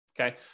Okay